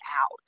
out